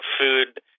food